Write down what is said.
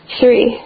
Three